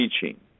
teaching